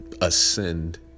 Ascend